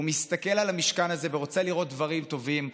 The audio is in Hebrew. הוא מסתכל על המשכן הזה ורוצה לראות דברים טובים,